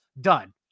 Done